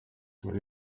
willy